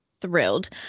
thrilled